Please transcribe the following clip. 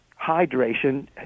Hydration